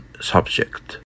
subject